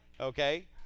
Okay